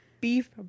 beef